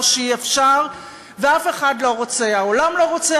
שאי-אפשר ואף אחד לא רוצה: העולם לא רוצה,